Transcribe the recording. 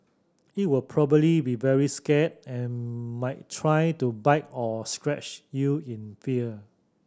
it will probably be very scared and might try to bite or scratch you in fear